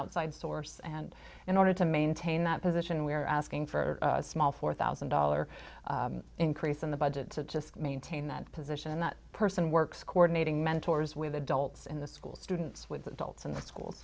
outside source and in order to maintain that position we're asking for a small four thousand dollar increase in the budget to just maintain that position and that person works coordinating mentors with adults in the school students with adults in the schools